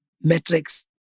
metrics